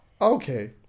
Okay